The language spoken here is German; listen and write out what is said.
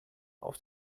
auf